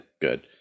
Good